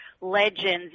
legends